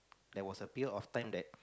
there was a period of time that